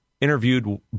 interviewed